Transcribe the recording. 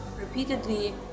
repeatedly